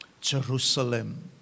Jerusalem